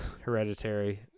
Hereditary